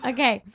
Okay